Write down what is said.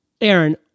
Aaron